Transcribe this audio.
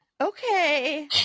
okay